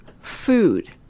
food